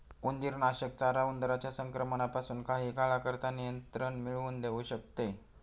उंदीरनाशक चारा उंदरांच्या संक्रमणापासून काही काळाकरता नियंत्रण मिळवून देऊ शकते